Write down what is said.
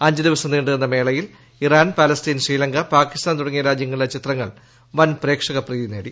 അഞ്ചു ദിവസം നീണ്ടുനിന്ന മേളയിൽ ഇറാൻ പലസ്തീൻ ശ്രീലങ്ക പാകിസ്ഥാൻ തുടങ്ങിയ രാജ്യങ്ങളിലെ ചിത്രങ്ങൾ വൻ പ്രേക്ഷക്പ്രീതി നേടി